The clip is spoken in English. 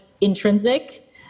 intrinsic